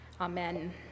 amen